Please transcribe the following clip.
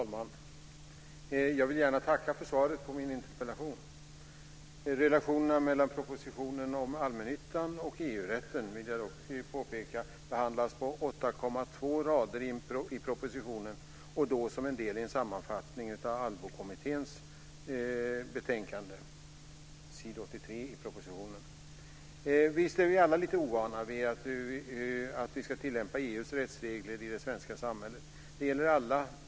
Fru talman! Jag vill gärna tacka för svaret på min interpellation. Relationerna mellan propositionen om allmännyttan och EU-rätten behandlas, vill jag påpeka, på Visst är vi alla lite ovana vid att vi ska tillämpa EU:s rättsregler i det svenska samhället. Det gäller alla.